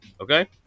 Okay